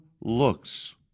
looks